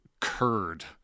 curd